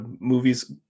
movies